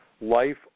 Life